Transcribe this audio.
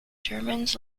germans